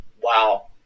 Wow